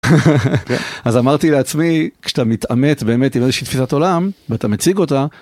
אז אמרתי לעצמי כשאתה מתעמת באמת עם איזושהי תפיסת עולם ואתה מציג אותה.